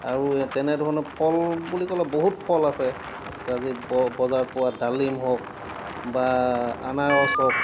আৰু তেনেধৰণে ফল বুলি ক'লে বহুত ফল আছে আজি বজাৰত পোৱা ডালিম হওক বা আনাৰস হওক